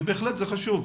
ובהחלט זה חשוב.